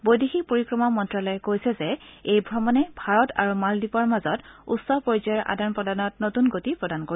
বৈদেশিক পৰিক্ৰমা মন্তালয়ে কৈছে যে এই ভ্ৰমণে ভাৰত আৰু মালদ্বীপৰ মাজত উচ্চ পৰ্যায়ৰ আদান প্ৰদানত নতুন গতি প্ৰদান কৰিব